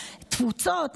תפוצות,